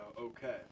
okay